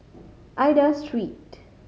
Aida Street